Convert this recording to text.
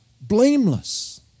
blameless